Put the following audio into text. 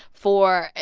for,